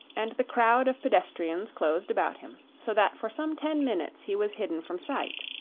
and the crowd of pedestrians closed about him, so that for some ten minutes he was hidden from sight.